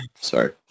Sorry